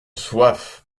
soif